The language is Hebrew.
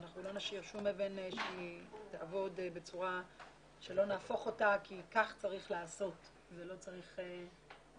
לא נשאיר שום אבן שלא נהפוך אותה כי כך צריך לעבוד ולא צריך להירתע.